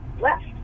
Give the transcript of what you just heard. left